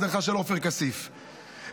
עופר כסיף,